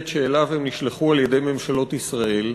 שאליו הם נשלחו על-ידי ממשלות ישראל,